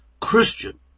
Christian